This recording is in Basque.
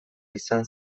izan